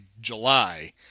July